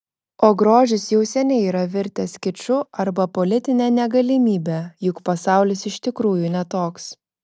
o grožis jau seniai yra virtęs kiču arba politine negalimybe juk pasaulis iš tikrųjų ne toks